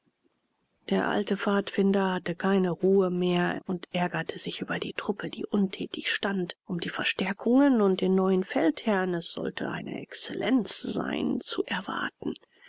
der alte pfadfinder hatte keine ruhe mehr und ärgerte sich über die truppe die untätig stand um die verstärkungen und den neuen feldherrn es sollte eine exzellenz sein zu erwarten